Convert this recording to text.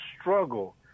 struggle